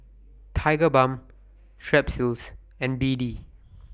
Tigerbalm Strepsils and B D